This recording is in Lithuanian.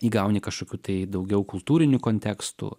įgauni kašokių tai daugiau kultūrinių kontekstų